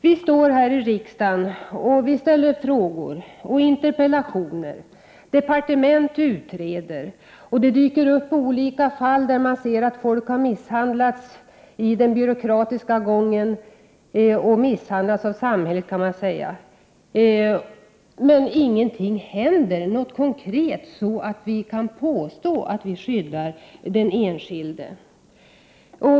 Vi här i riksdagen framställer frågor och interpellationer, departementen utreder och det kommer upp olika fall, där folk har misshandlats i den byråkratiska gången — de har så att säga misshandlats av samhället. Men det händer inte någonting konkret, och därför kan vi inte påstå att vi skyddar den enskilde.